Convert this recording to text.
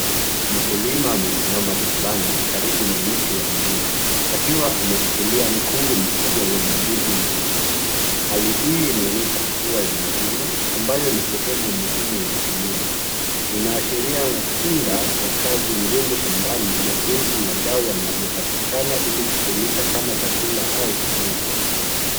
Mkulima amesimama shambani karibu na mti wa ndizi akiwa ameshikilia mkungu mkubwa wenye ndizi mbichi. Hali hii inaonyesha hatua ya mavuno ambayo ni sehemu muhimu ya kilimo. Inaashiria matunda ya kazi ngumu shambani na jinsi mazao yanavyopatikana ili kutumika kama chakula au kuuzwa.